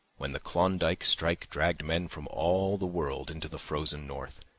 when the klondike strike dragged men from all the world into the frozen north.